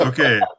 okay